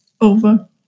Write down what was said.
over